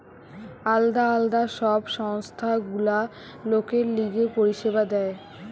আলদা আলদা সব সংস্থা গুলা লোকের লিগে পরিষেবা দেয়